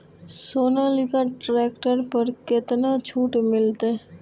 Sonalika tractor पर केतना छूट मिलते?